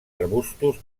arbustos